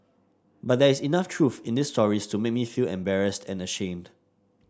but there is enough truth in these stories to make me feel embarrassed and ashamed